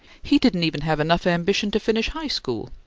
he didn't even have enough ambition to finish high school!